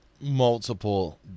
multiple